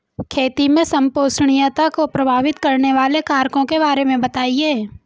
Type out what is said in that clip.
खेती में संपोषणीयता को प्रभावित करने वाले कारकों के बारे में बताइये